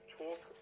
talk